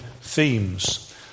themes